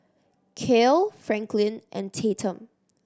Kale Franklin and Tatum